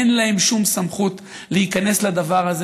אין להם שום סמכות להיכנס לדבר הזה.